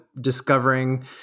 discovering